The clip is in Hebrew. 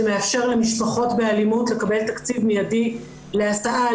שמאפשר למשפחות באלימות לקבל תקציב מיידי להסעה,